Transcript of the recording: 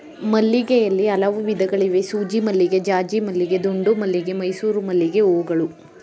ಮಲ್ಲಿಗೆಯಲ್ಲಿ ಹಲವು ವಿಧಗಳಿವೆ ಸೂಜಿಮಲ್ಲಿಗೆ ಜಾಜಿಮಲ್ಲಿಗೆ ದುಂಡುಮಲ್ಲಿಗೆ ಮೈಸೂರು ಮಲ್ಲಿಗೆಹೂಗಳು